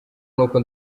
nuko